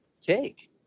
take